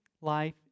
life